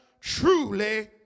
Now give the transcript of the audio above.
truly